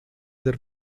del